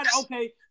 Okay